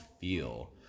feel